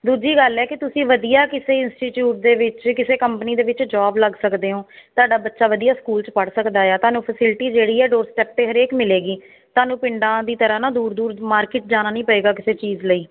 ਦੂਜੀ ਗੱਲ ਹੈ ਕਿ ਤੁਸੀਂ ਵਧੀਆ ਕਿਸੇ ਇੰਸਟੀਟਿਊਟ ਦੇ ਵਿੱਚ ਕਿਸੇ ਕੰਪਨੀ ਦੇ ਵਿੱਚ ਜੋਬ ਲੱਗ ਸਕਦੇ ਹੋ ਤੁਹਾਡਾ ਬੱਚਾ ਵਧੀਆ ਸਕੂਲ 'ਚ ਪੜ੍ਹ ਸਕਦਾ ਆ ਤੁਹਾਨੂੰ ਫੈਸਿਲਿਟੀ ਜਿਹੜੀ ਆ ਡੋਸਪੈਕਟੇਪ ਹਰੇਕ ਮਿਲੇਗੀ ਤੁਹਾਨੂੰ ਪਿੰਡਾਂ ਦੀ ਤਰ੍ਹਾਂ ਨਾ ਦੂਰ ਦੂਰ ਮਾਰਕੀਟ ਜਾਣਾ ਨਹੀਂ ਪਏਗਾ ਕਿਸੇ ਚੀਜ਼ ਲਈ